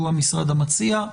שהוא המשרד המציע.